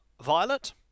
Violet